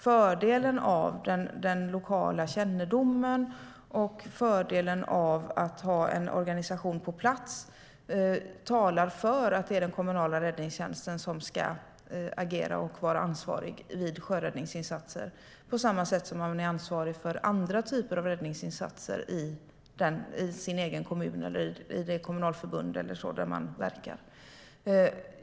Fördelen med den lokala kännedomen och fördelen med att ha en organisation på plats talar för att det är den kommunala räddningstjänsten som ska agera och vara ansvarig vid sjöräddningsinsatser på samma sätt som man är ansvarig för andra typer av räddningsinsatser i sin egen kommun eller i det kommunalförbund där man verkar.